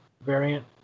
variant